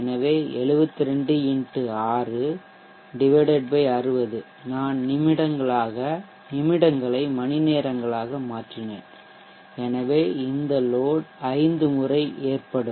எனவே 60 நான் நிமிடங்களை மணிநேரங்களாக மாற்றினேன் எனவே இந்த லோட் 5 முறை ஏற்ப்படும்